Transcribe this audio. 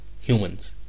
humans